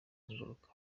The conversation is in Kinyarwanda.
kugaruka